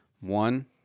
one